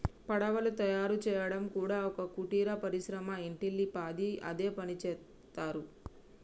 పడవలు తయారు చేయడం కూడా ఒక కుటీర పరిశ్రమ ఇంటిల్లి పాది అదే పనిచేస్తరు